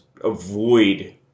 avoid